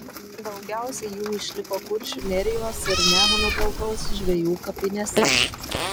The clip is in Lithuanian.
daugiausiai jų išliko kuršių nerijos ir nemuno deltos žvejų kapinėse